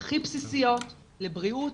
הכי בסיסיות לבריאות,